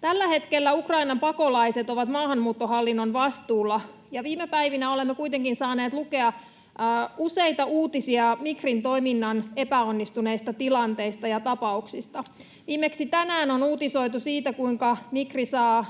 Tällä hetkellä Ukrainan pakolaiset ovat maahanmuuttohallinnon vastuulla. Viime päivinä olemme kuitenkin saaneet lukea useita uutisia Migrin toiminnan epäonnistuneista tilanteista ja tapauksista. Viimeksi tänään on uutisoitu siitä, kuinka Migri saa